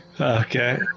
okay